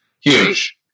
huge